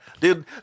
Dude